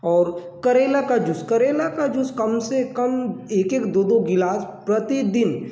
और करेला का जूस करेला का जूस कम से कम एक एक दो दो गिलास प्रतिदिन